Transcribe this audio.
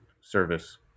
service